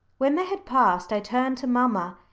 when they had passed i turned to mamma.